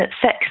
sex